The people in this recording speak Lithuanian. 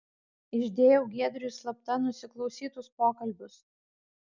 išdėjau giedriui slapta nusiklausytus pokalbius